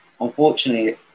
unfortunately